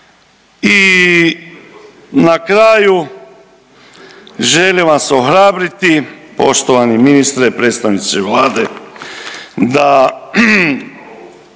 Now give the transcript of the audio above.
I na kraju želim vas ohrabriti poštovani ministre, predstavnici Vlade da